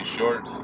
Short